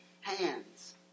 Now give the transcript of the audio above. hands